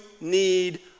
need